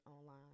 online